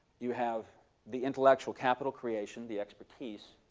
you have the intellectual capital creation, the expertise.